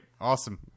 Awesome